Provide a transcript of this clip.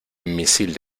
misil